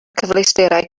cyfleusterau